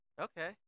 okay